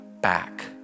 back